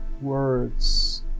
words